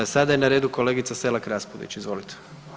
Sada je na redu kolegica Selak Raspudić, izvolite.